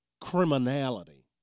criminality